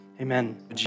Amen